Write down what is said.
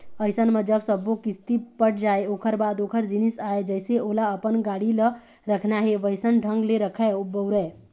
अइसन म जब सब्बो किस्ती पट जाय ओखर बाद ओखर जिनिस आय जइसे ओला अपन गाड़ी ल रखना हे वइसन ढंग ले रखय, बउरय